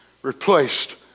Replaced